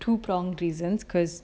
two pronged reasons because